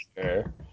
sure